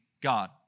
God